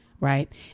Right